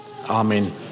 Amen